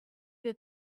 that